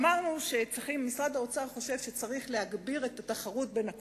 אמרנו שמשרד האוצר חושב שצריך להגביר את התחרות בין הקופות.